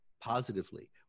positively